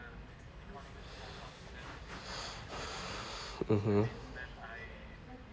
mmhmm